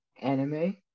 anime